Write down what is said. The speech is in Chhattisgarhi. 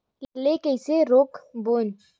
ला कइसे रोक बोन?